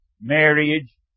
marriage